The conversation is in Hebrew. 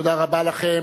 תודה רבה לכם.